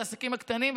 העסקים הקטנים,